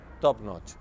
top-notch